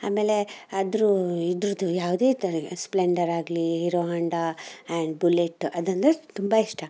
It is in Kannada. ಆಮೇಲೆ ಅದ್ರೂ ಇದ್ರದ್ದು ಯಾವುದೇ ಥರದ್ ಸ್ಪ್ಲೆಂಡರ್ ಆಗಲೀ ಹೀರೋ ಹೊಂಡ ಆ್ಯಂಡ್ ಬುಲೆಟ್ ಅದು ಅಂದರೆ ತುಂಬ ಇಷ್ಟ